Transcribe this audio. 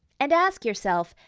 and ask yourself,